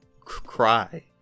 Cry